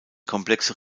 komplexe